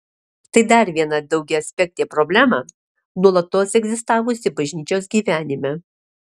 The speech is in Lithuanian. tai dar viena daugiaaspektė problema nuolatos egzistavusi bažnyčios gyvenime